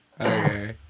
okay